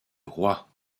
roi